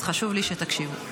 אז חשוב לי שתקשיבו.